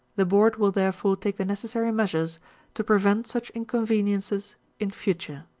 the board will therefore take the necessary measures to prevent such inconveniences in future.